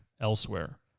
elsewhere